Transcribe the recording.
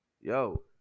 Yo